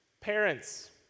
Parents